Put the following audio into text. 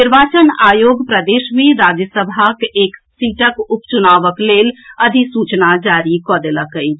निर्वाचन आयोग प्रदेश मे राज्यसभाक एक सीटक उपचुनावक लेल अधिसूचना जारी कऽ देलक अछि